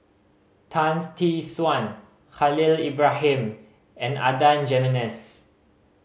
Tan's Tee Suan Khalil Ibrahim and Adan Jimenez